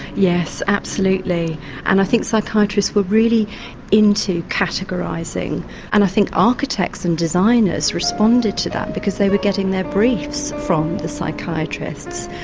yes, absolutely and i think psychiatrists were really into categorising and i think architects and designers responded to that because they were getting their briefs from the psychiatrists.